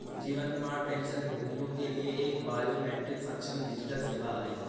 जीवन प्रमाण पेंशनभोगियों के लिए एक बायोमेट्रिक सक्षम डिजिटल सेवा है